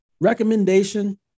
Recommendation